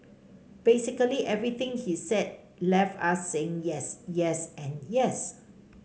basically everything he said left us saying yes yes and yes